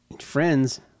friends